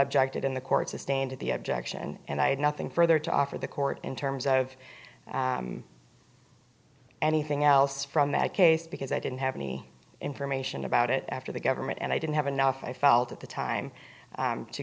objected in the court sustained at the objection and i had nothing further to offer the court in terms of anything else from that case because i didn't have any information about it after the government and i didn't have enough i felt at the time